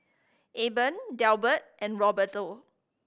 Eben Delbert and Roberto